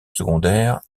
secondaire